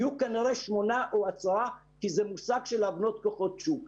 יהיו כנראה שמונה או עשרה כי זה מושג של להבנות כוחות שוק.